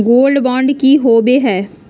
Gold bond की होबो है?